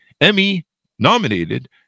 Emmy-nominated